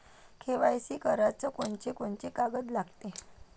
KYC कराच कोनचे कोनचे कागद लागते?